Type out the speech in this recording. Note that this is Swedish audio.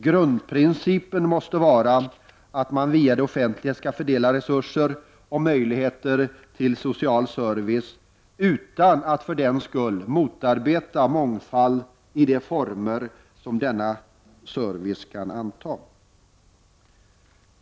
Grundprincipen måste vara att man via det offentliga skall fördela resurser och möjligheter till social service utan att för den skull motarbeta mångfalden i de former som denna service kan anta.